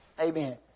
Amen